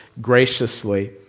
graciously